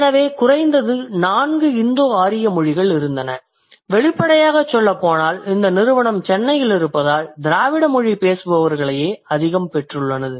எனவே குறைந்தது நான்கு இந்தோ ஆரிய மொழிகள் இருந்தன வெளிப்படையாகச் சொல்லப்போனால் இந்த நிறுவனம் சென்னையில் இருப்பதால் திராவிட மொழி பேசுபவர்களையே அதிகம் பெற்றுள்ளது